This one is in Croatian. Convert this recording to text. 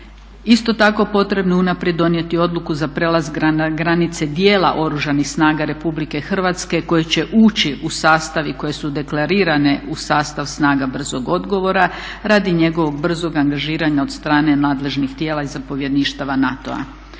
Isto tako potrebno je unaprijed donijeti odluku za prelazak na granice dijela Oružanih snaga RH koji će ući u sastav i koje su deklarirane u sastav snaga brzog odgovora radi njegovog brzog angažiranja od strane nadležnih tijela i zapovjedništava NATO-a.